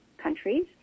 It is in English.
countries